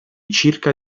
circa